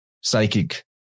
psychic